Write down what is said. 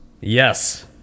Yes